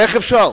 איך אפשר?